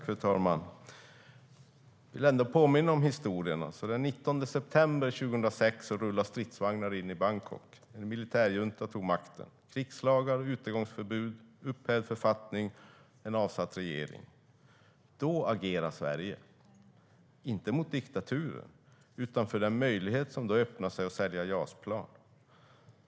Fru talman! Jag vill ändå påminna om historien. Den 19 september 2006 rullade stridsvagnar in i Bangkok. En militärjunta hade tagit makten - krigslagar, utegångsförbud, upphävd författning och en avsatt regering. Då agerar Sverige, inte mot diktaturen utan för den möjlighet som nu öppnade sig att sälja JAS-plan.